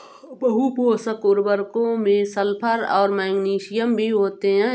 बहुपोषक उर्वरकों में सल्फर और मैग्नीशियम भी होते हैं